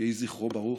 יהי זכרו ברוך.